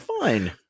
fine